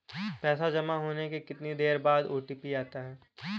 पैसा जमा होने के कितनी देर बाद ओ.टी.पी आता है?